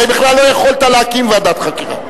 הרי בכלל לא יכולת להקים ועדת חקירה.